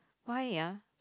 why ah